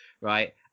right